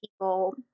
people